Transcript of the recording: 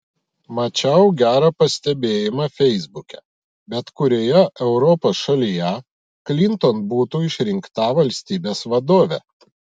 mačiau gerą pastebėjimą feisbuke bet kurioje europos šalyje klinton būtų išrinkta valstybės vadove